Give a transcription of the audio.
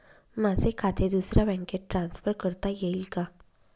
माझे खाते दुसऱ्या बँकेत ट्रान्सफर करता येईल का?